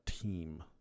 team